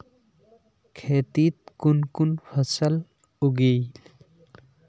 खेतीत कुन कुन फसल उगेई?